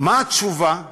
מה התשובה?